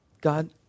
God